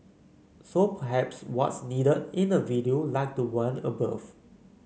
so perhaps what's needed is a video like the one above